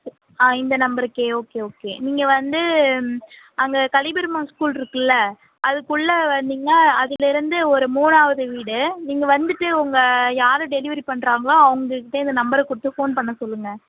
ஆ இந்த நம்பருக்கே okay okay நீங்கள் வந்து அங்கே கலியபெருமாள் ஸ்கூல் இருக்குல்ல அதுக்குள்ளே வந்திங்னா அதிலிருந்து ஒரு மூணாவது வீடு நீங்கள் வந்துவிட்டு உங்கள் யார் டெலிவரி பண்ணுறாங்களோ அவங்கக்கிட்ட இந்த நம்பரை கொடுத்து ஃபோன் பண்ண சொல்லுங்கள்